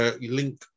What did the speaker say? link